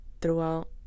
throughout